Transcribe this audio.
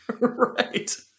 Right